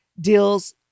deals